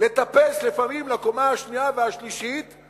לטפס לפעמים לקומה השנייה ולקומה השלישית,